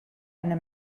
eine